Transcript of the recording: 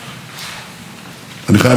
אני חייב להגיד, הוא עין קשתות ברמת הגולן.